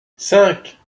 cinq